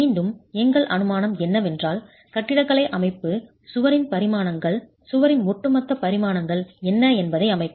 மீண்டும் எங்கள் அனுமானம் என்னவென்றால் கட்டிடக்கலை அமைப்பு சுவரின் பரிமாணங்கள் சுவரின் ஒட்டுமொத்த பரிமாணங்கள் என்ன என்பதை அமைக்கும்